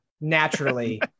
naturally